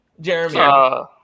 Jeremy